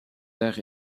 tard